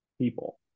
People